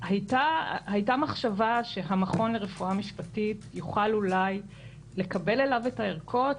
הייתה מחשבה שהמכון לרפואה משפטית יוכל אולי לקבל עליו את הערכות,